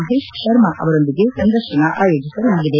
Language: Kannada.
ಮಹೇತ್ ಶರ್ಮಾ ಅವರೊಂದಿಗೆ ಸಂದರ್ಶನ ಆಯೋಜಿಸಲಾಗಿದೆ